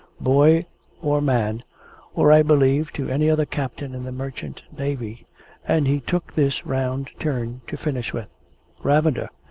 boy or man or i believe to any other captain in the merchant navy and he took this round turn to finish with ravender,